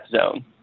zone